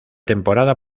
temporada